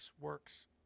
works